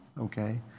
okay